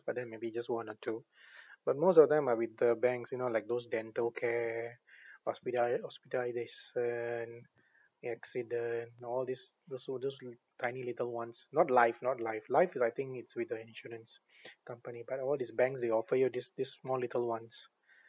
but then maybe just one or two but most of them are with the banks you know like those dental care hospital~ hospitalisation accident and all these the so just uh tiny little ones not life not life life is I think it's with the an insurance company but all these banks they offer you these these small little ones